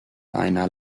einer